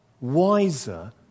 wiser